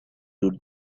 would